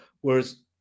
whereas